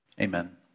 Amen